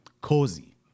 Cozy